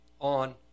on